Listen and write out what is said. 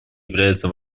является